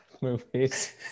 movies